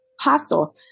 hostile